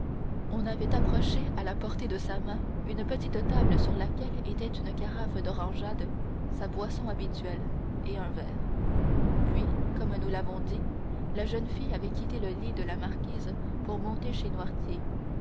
on avait approché à la portée de sa main une petite table sur laquelle étaient une carafe d'orangeade sa boisson habituelle et un verre puis comme nous l'avons dit la jeune fille avait quitté le lit de la marquise pour monter chez